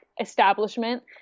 establishment